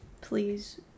Please